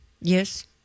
Yes